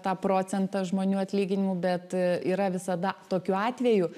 tą procentą žmonių atlyginimų bet yra visada tokių atvejų